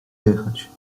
jechać